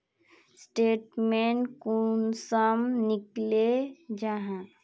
Statement कुंसम निकले जाहा?